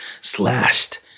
slashed